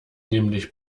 nämlich